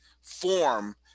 form